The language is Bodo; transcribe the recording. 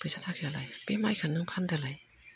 फैसा थाखायालाय बे माइखौ नों फानदोलाय